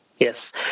Yes